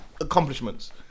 accomplishments